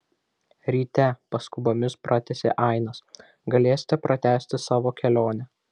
ryte paskubomis pratęsė ainas galėsite pratęsti savo kelionę